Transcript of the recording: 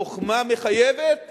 החוכמה מחייבת